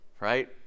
right